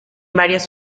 varias